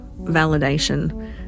validation